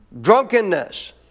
drunkenness